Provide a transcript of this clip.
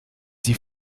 sie